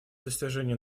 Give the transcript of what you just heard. достижению